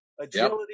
agility